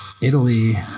italy